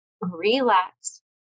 relax